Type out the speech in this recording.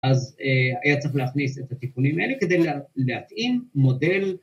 ‫אז היה צריך להכניס את התיקונים האלה ‫כדי להתאים מודל...